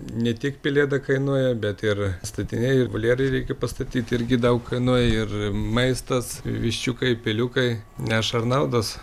ne tik pelėda kainuoja bet ir statiniai ir voljerai reikia pastatyt irgi daug kainuoja ir maistas viščiukai peliukai neša ar naudos